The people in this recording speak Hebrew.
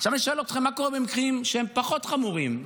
עכשיו אני שואל אתכם: מה קורה במקרים שהם פחות חמורים?